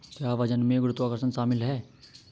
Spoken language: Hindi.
क्या वजन में गुरुत्वाकर्षण शामिल है?